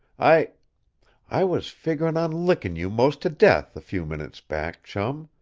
i i was figgerin' on lickin' you most to death, a few minutes back. chum.